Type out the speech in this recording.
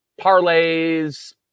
parlays